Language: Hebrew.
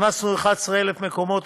הכנסנו 11,000 מקומות,